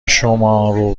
شمارو